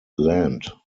land